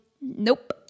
Nope